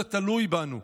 זה תלוי בנו.